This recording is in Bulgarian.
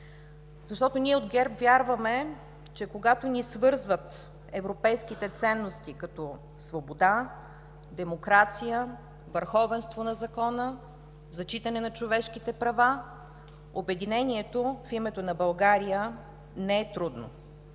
Защото ние от ГЕРБ вярваме, че когато ни свързват европейските ценности като свобода, демокрация, върховенство на закона, зачитане на човешките права, обединението в името на България, не е трудно.